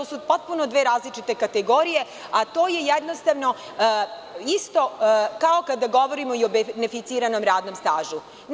To su potpuno dve različite kategorije, a to je jednostavno isto kao kada govorimo i o beneficiranom radnom stažu.